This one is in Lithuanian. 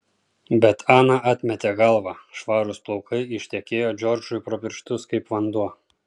bet ana atmetė galvą švarūs plaukai ištekėjo džordžui pro pirštus kaip vanduo